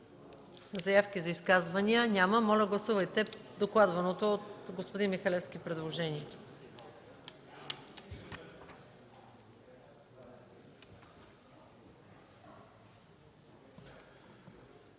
Заявки за изказвания? Няма. Моля гласувайте докладваното от господин Димчо Михалевски предложение.